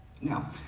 Now